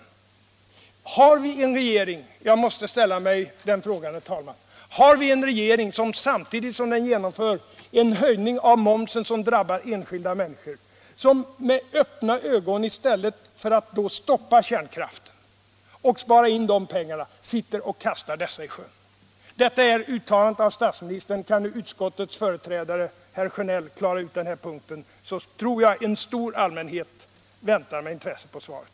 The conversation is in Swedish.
Har vi en regering — jag måste ställa mig den frågan, herr talman — som, samtidigt som den genomför en höjning av momsen som drabbar enskilda människor, med öppna ögon i stället för att stoppa kärnkraften och spara in pengarna kastar miljarder i sjön? Så tolkar jag uttalandet av statsministern. Kan utskottets företrädare herr Sjönell klara ut den här punkten, så tror jag att en stor allmänhet väntar med intresse på svaret.